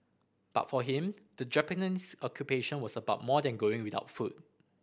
but for him the Japanese Occupation was about more than going without food